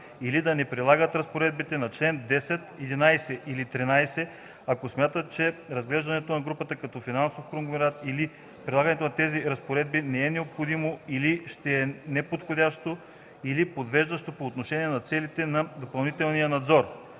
или да не прилагат разпоредбите на чл. 10, 11 или 13, ако смятат, че разглеждането на групата като финансов конгломерат или прилагането на тези разпоредби не е необходимо или ще е неподходящо или подвеждащо по отношение на целите на допълнителния надзор.”